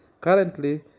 Currently